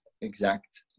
exact